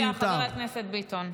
בבקשה, חבר הכנסת ביטון.